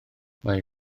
mae